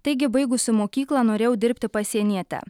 taigi baigusi mokyklą norėjau dirbti pasieniete